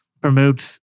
promotes